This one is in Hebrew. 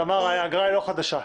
תמר, האגרה היא לא חדשה.